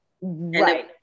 Right